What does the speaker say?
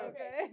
Okay